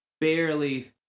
barely